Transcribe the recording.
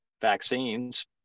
vaccines